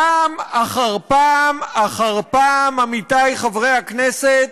פעם אחר פעם אחר פעם, עמיתי חברי הכנסת,